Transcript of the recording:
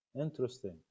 Interesting